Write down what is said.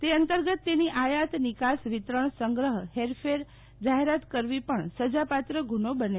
તે અંતર્ગત તેની આયાત નિકાસ વિતરણ સંગ્રહ હેરફેર જાહેરાત કરાવી પણ સજાપાત્ર ગુનો બને છે